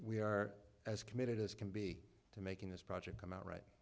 we are as committed as can be to making this project come out right